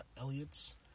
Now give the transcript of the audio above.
Elliots